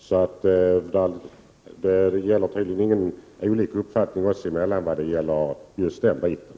Det råder inte några delade meningar oss emellan när det gäller just den frågan.